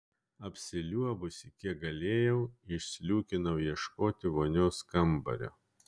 apsiliuobusi kiek galėjau išsliūkinau ieškoti vonios kambario